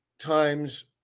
times